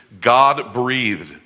God-breathed